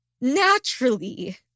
Naturally